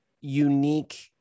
unique